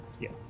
Yes